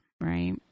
right